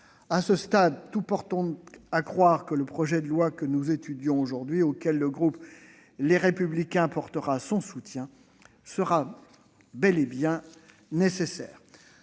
À ce stade, tout porte donc à croire que le projet de loi que nous étudions aujourd'hui, et auquel le groupe Les Républicains apportera son soutien, sera bel et bien nécessaire.